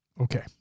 Okay